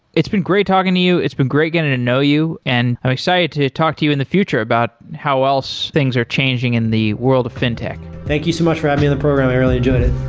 it's been great talking to you, it's been great getting to know you, and i'm excited to talk to you in the future about how else things are changing in the world of fintech thank you so much for having me in the program. i really enjoyed it